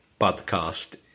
podcast